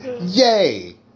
yay